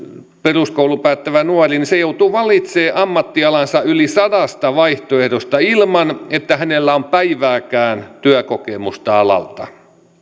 peruskoulun päättävä nuori joutuu valitsemaan ammattialansa yli sadasta vaihtoehdosta ilman että hänellä on päivääkään työkokemusta alalta